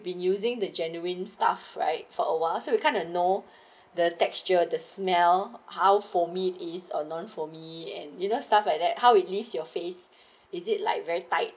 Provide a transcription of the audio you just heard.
when using the genuine stuff right for awhile so we kind of know the texture the smell how for meat is are known for me and you know stuff like that how it leaves your face is it like very tight